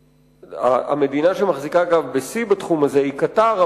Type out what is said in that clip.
המדינה שמחזיקה בשיא בתחום הזה היא קטאר,